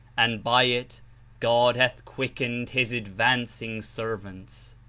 and by it god hath quickened his advancing servants.